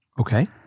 okay